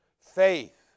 faith